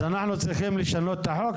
אז אנחנו צריכים לשנות את החוק?